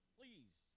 please